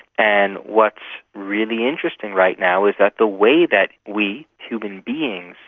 and what's really interesting right now is that the way that we, human beings,